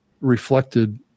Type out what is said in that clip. reflected